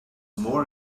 more